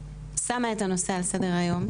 והיאשמה את הנושא על סדר היום.